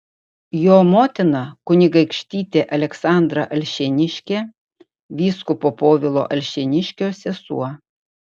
jo motina kunigaikštytė aleksandra alšėniškė vyskupo povilo alšėniškio sesuo